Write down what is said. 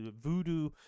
voodoo